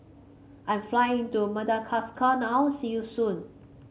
I'm flying to Madagascar now see you soon